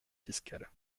fiscale